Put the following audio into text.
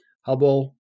Hubble